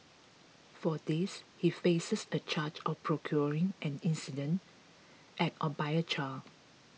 for this he faces a charge of procuring an indecent act by a child